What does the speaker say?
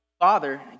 father